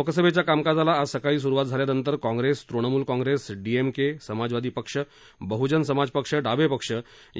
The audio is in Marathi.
लोकसभेच्या कामकाजाला आज सकाळी सुरुवात झाल्यानंतर काँग्रेस तृणमूल काँग्रेसडीएमके समाजवादी पक्ष बहुजन समाज पक्ष डावे पक्ष